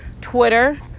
twitter